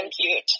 compute